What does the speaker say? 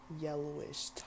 yellowish